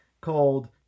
called